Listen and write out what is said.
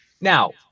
now